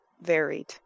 Varied